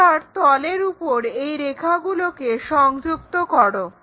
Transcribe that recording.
এবার তলের উপর এই রেখাগুলোকে সংযুক্ত করো